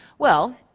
well,